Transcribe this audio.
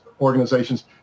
organizations